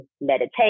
meditation